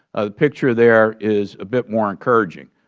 picture there is a big more encouraging.